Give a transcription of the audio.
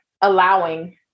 allowing